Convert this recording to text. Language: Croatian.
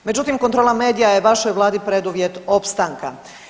Međutim kontrola medija je vašoj Vladi preduvjet opstanka.